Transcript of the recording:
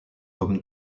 homme